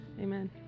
Amen